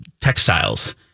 textiles